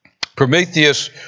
Prometheus